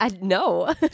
No